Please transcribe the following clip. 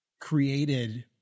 created